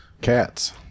Cats